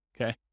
okay